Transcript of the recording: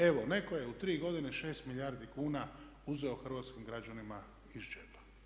Evo, netko je u 3 godine 6 milijardi kuna uzeo hrvatskim građanima iz džepa.